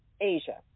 Asia